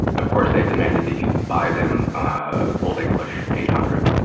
of course they demanded that you buy them ah old english eight hundred.